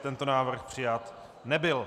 Tento návrh přijat nebyl.